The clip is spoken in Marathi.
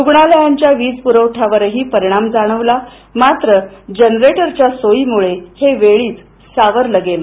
रुग्णालयांच्या वीज पुरवठ्यावरही परिणाम जाणवला मात्र जनरेटरच्या सोयीमुळे हे वेळीच सावरलं गेलं